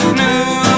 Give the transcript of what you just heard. new